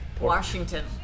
Washington